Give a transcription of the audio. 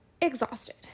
exhausted